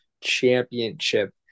championship